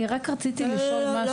אפילו.